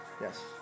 Yes